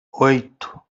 oito